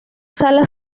sala